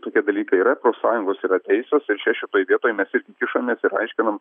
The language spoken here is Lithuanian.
tokie dalykai yra profsąjungos yra teisios ir čia šitoj vietoj mes irgi kišamės ir aiškinam